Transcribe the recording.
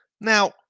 Now